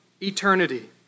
eternity